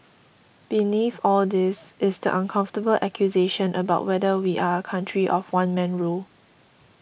beneath all this is the uncomfortable accusation about whether we are a country of one man rule